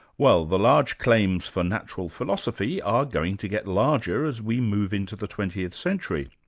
well the large claims for natural philosophy are going to get larger as we move into the twentieth century.